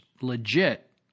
legit